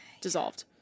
dissolved